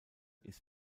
ist